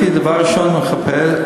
דבר ראשון הייתי,